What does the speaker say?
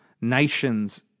nations